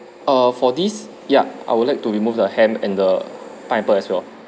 err for this ya I would like to remove the ham and the pineapple as well